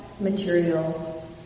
material